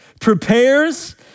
prepares